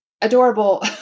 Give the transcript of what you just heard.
adorable